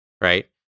right